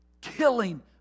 killing